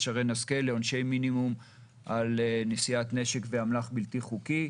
שרן השכל לעונשי מינימום על נשיאת נשק ואמל"ח בלתי חוקי.